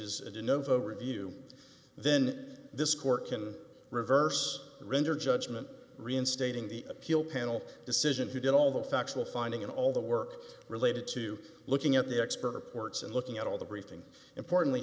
do novo review then this court can reverse render judgment reinstating the appeal panel decision who did all the factual finding and all the work related to looking at the expert reports and looking at all the briefing importantly